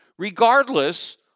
regardless